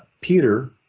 Peter